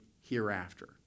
hereafter